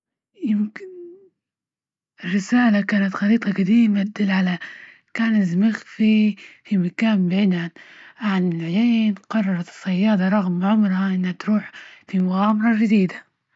يمكن الرسالة كانت خريطة جديمة تدل على مكان زميخ في مكان بعينه عن العين، قررت الصيادة رغم عمرها انها تروح فى مغامرة جديدة.